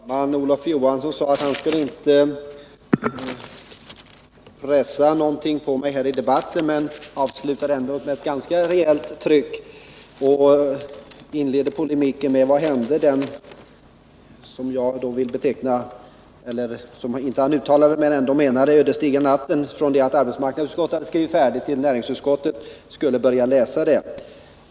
Herr talman! Olof Johansson sade att han inte skulle pressa mig i debatten men avslutade med ett ganska rejält tryck. Han inledde polemiken med att fråga vad som hände den — som han inte uttalade men ändå menade —- ödesdigra natten mellan den dag då arbetsmarknadsutskottet hade skrivit sitt betänkande och den dag då näringsutskottet skulle börja läsa det.